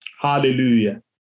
Hallelujah